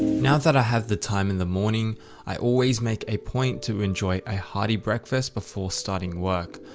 now that i have the time in the morning i always make a point to enjoy a hardy breakfast before starting work.